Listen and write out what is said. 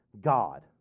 God